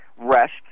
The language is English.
rest